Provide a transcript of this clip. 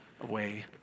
away